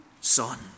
son